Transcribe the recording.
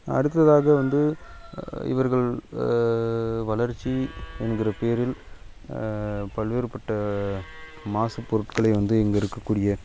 அடுத்ததாக வந்து இவர்கள் வளர்ச்சி என்கிற பேரில் பல்வேறுபட்ட மாசுப் பொருட்களை வந்து இங்கே இருக்கக்கூடிய